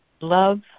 Love